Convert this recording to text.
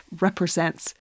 represents